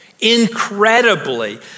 incredibly